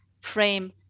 frame